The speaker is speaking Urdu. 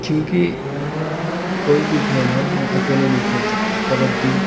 کیونکہ کوئی بھی کھیل ہو ہم اکیلے نہیں کھیل سکتے کبڈی